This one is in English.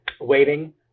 waiting